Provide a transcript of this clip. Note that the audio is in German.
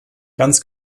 ganz